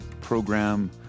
program